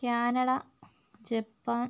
Canada Japan